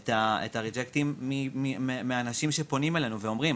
את הריג'קטים מאנשים שפונים אלינו ואומרים,